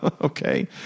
okay